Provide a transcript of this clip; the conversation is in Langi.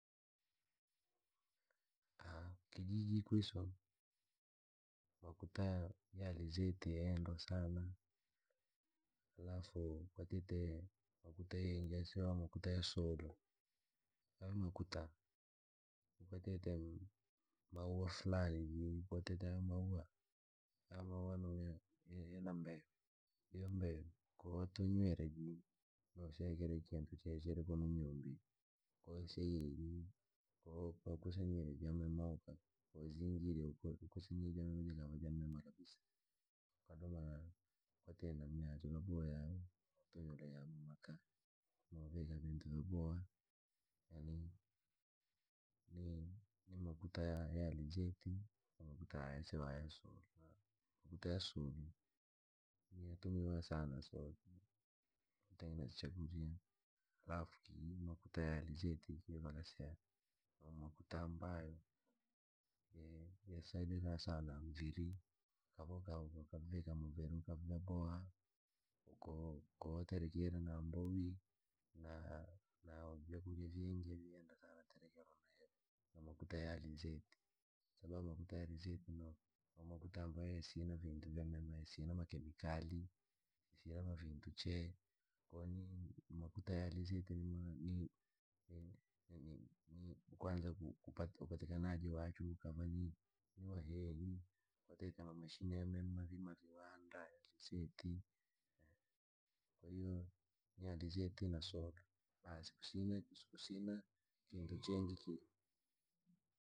Kijiji kwisu makuta ya alizeti endwana sana. Halafu kwatite makuta ya sulu. aya makuta ni kwatte maua flani, kwatte maua yana mbeyu. Hiyo mbeyu ko watunywire jii nosakirakira kintu che kirinymbi ke wakusanyire yamema ko wayazingire kwatite namna vaboya aya mamaka no vita vintu vya boha ni makuta ya alizeti, makuta ya yasewasuulu. Makuta ya suulu yatumiwa sana, kuterekera chkurya. Ukavita mviri vyakurya vingi venda sana terekera makuta ya alizeti. Kwasababu makuta ya alizeti na makuta ua yasinakemikali, makuta ya alizeti ni makuta upatikaji wachwe ukava ni wa lahikwatite vii ma mashine au maviwanda ya alizeti kwahiyo ni alizeti na sulu.